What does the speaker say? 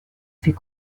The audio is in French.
fait